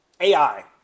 AI